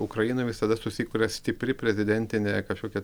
ukrainoj visada susikuria stipri prezidentinė kažkokia